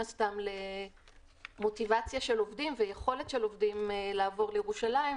הסתם למוטיבציה ויכולת של עובדים לעבור לירושלים,